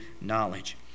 knowledge